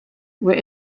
were